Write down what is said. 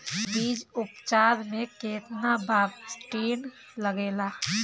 बीज उपचार में केतना बावस्टीन लागेला?